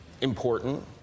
important